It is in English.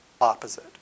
opposite